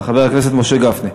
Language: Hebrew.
יעלה חבר הכנסת משה גפני.